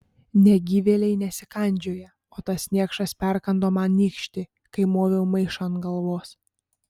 negyvėliai nesikandžioja o tas niekšas perkando man nykštį kai moviau maišą ant galvos